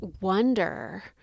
Wonder